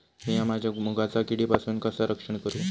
मीया माझ्या मुगाचा किडीपासून कसा रक्षण करू?